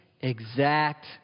exact